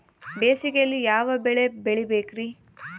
ಬೇಸಿಗೆಯಲ್ಲಿ ಯಾವ ಬೆಳೆ ಬೆಳಿಬೇಕ್ರಿ?